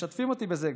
משתפים אותי בזה.